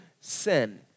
sin